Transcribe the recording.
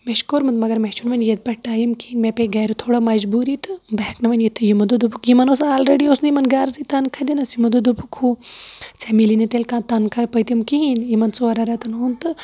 مےٚ چھُ کوٚرمُت مگر مےٚ چھُںہٕ وۄنۍ ییٚتہِ پٮ۪ٹھ ٹایم کِہینۍ مےٚ پیٚیہِ گرِ تھوڑا مَجبوٗرِی تہٕ بہٕ ہیٚکہٕ نہٕ وۄنۍ یِتھٕے یمو دوٚپ دوٚپکھ یِمن اوس آلریڈی اوس نہٕ یِمن غرضٕے تَنخاہ دِنَس یِمو دوٚپ دوٚپُکھ ہُہ ژےٚ ملی نہٕ تیٚلہِ تنخاہ پٔتِم کہینۍ یِمن ژورَن رٮ۪تن ہُند تہٕ